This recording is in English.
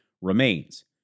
remains